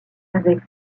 avait